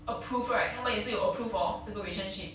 approve right 他们也是有 approved hor 这个 relationship